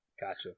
Gotcha